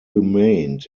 remained